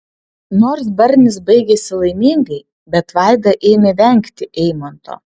nors barnis baigėsi laimingai bet vaida ėmė vengti eimanto